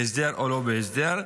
בהסדר או לא בהסדר.